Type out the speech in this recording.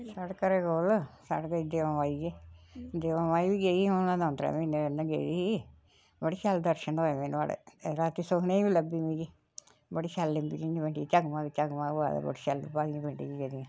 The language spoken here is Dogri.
साढ़ै घर कोल साढ़ै देमां माई ऐ देमां माई होई गेई हून द'ऊं त्रै म्हीने होई गे गेदी ही बड़े शैल दर्शन होए मी नुआढ़े रातीं सुखने च बी लब्भी मिगी बड़ी शैल इन्नी बड्डी झग मग होआ दा बड़ी शैल लब्भै इयां पिंडी जेह्ड़ी